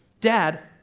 Dad